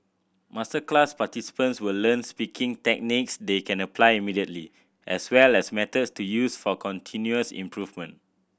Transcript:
masterclass participants will learn speaking techniques they can apply immediately as well as methods to use for continuous improvement